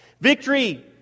Victory